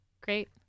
Great